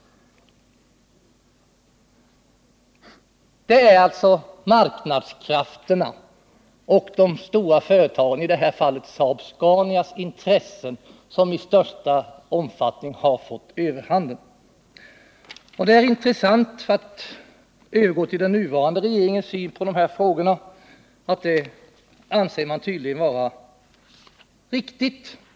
Det är alltså marknadskrafternas och de stora företagens — i det här fallet Saab-Scanias — intresse som i största omfattning har fått ta överhand. För att övergå till den nuvarande regeringens syn på de här frågorna, så är det intressant att konstatera att man tydligen anser detta handlande vara riktigt.